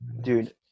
dude